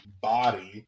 body